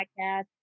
podcast